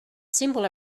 simple